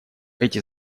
эти